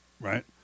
Right